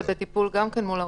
זה בטיפול מול האוצר.